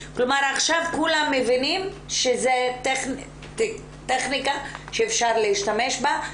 כלומר עכשיו כולם מבינים שזו טכניקה שאפשר להשתמש בה,